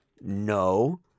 No